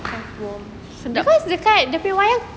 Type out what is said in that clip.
sedap